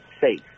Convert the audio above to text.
safe